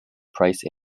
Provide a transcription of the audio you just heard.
price